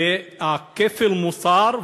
וכפל המוסר,